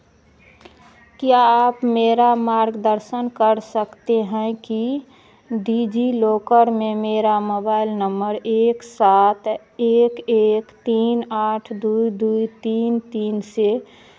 क्या आप मेरा मार्गदर्शन कर सकते हैं कि डिजिलोकर में मेरा मबाइल नम्बर एक सात एक एक तीन आठ दो दो तीन तीन से